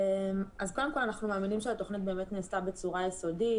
אנחנו מאמינים שהתוכנית נעשתה בצורה יסודית.